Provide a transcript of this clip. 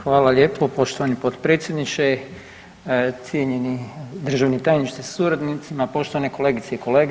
Hvala lijepo poštovani potpredsjedniče, cijenjeni državni tajniče sa suradnicima, poštovane kolegice i kolege.